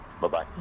Bye-bye